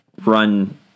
run